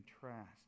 contrast